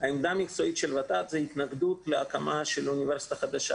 והעמדה המקצועית שלהם זה התנגדות להקמה של אוניברסיטה חדשה.